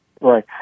Right